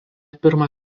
pirmą